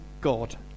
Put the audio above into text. God